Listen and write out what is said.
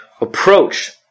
approach